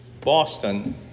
Boston